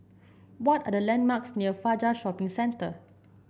what are the landmarks near Fajar Shopping Centre